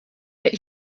but